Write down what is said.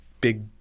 big